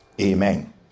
Amen